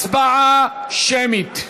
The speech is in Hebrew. הצבעה שמית.